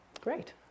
Great